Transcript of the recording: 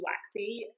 waxy